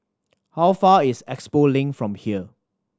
how far is Expo Link from here